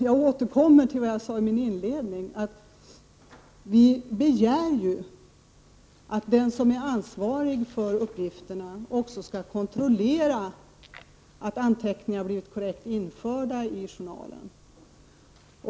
Jag återkommer till vad jag sade i min inledning, dvs. att kravet är att den som är ansvarig för uppgifterna också skall kontrollera att anteckningarna har blivit korrekt införda i journalen.